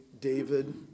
David